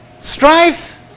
strife